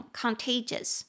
contagious